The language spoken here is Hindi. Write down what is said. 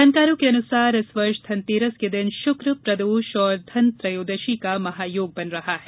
जानकारों के अनुसार इस वर्ष धनतेरस के दिन शुक्र प्रदोष और धन त्रयोदशी का महायोग बन रहा है